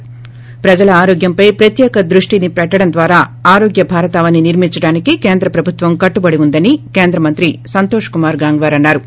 ి ప్రజల ఆరోగ్యంపై ప్రత్యేక దృష్టి పెట్టడం ద్వారా ఆరోగ్య భారతావని నిర్మించడానికి కేంద్ర ప్రభుత్వం కట్టుబడి ఉందని కేంద్ర మంత్రి సంతోష్ కుమార్ గాంగ్సార్ అన్నారు